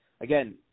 again